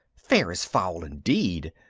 fair is foul indeed.